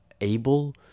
able